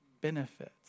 benefits